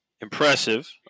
impressive